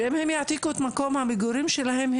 שאם הם יעתיקו את מקום המגורים שלהם,